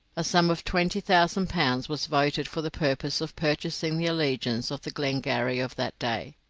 a sum of twenty thousand pounds was voted for the purpose of purchasing the allegiance of the glengarry of that day,